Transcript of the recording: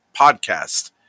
podcast